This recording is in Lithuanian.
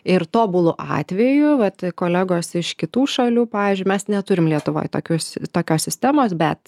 ir tobulu atveju vat kolegos iš kitų šalių pavyzdžiui mes neturim lietuvoj tokių s tokios sistemos bet